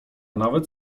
nawet